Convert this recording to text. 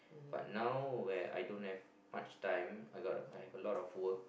but now where I don't have much time I got I have a lot of work